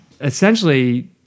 Essentially